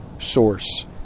source